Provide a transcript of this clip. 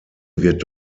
wird